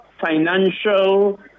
financial